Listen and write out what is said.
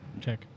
Check